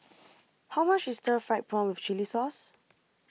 how much is Stir Fried Prawn with Chili Sauce